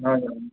हजुर